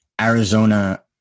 Arizona